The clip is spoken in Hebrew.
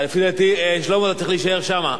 לפי דעתי, שלמה, אתה צריך להישאר שם.